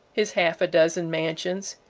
his half a dozen mansions,